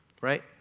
right